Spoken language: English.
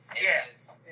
Yes